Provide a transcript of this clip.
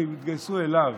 כי הם התגייסו אליו,